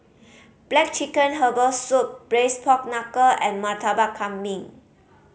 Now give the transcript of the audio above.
black chicken herbal soup Braised Pork Knuckle and Murtabak Kambing